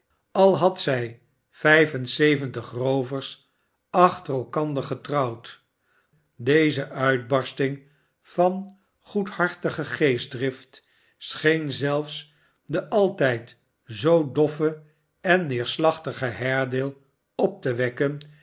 al had zij vijf en zeventig roovers achter elkander getrouwd deze uitbarsting van goedhartige geestdrift scheen zelfs den altijd zoo doffen en neerslachtigen haredale op te wekken